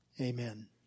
Amen